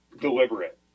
deliberate